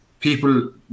People